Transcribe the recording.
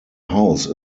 house